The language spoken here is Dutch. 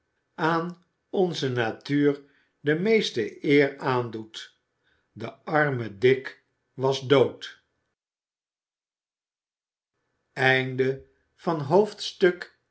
aan onze natuur de meeste eer aandoen de arme dick was dood